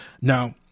Now